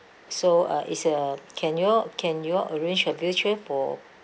so uh is uh can you all can you all arrange a wheelchair for